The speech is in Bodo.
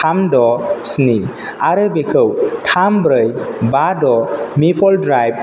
थाम द' स्नि आरो बेखौ थाम ब्रै बा द' मिफल द्राइभ